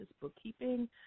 bookkeeping